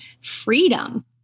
freedom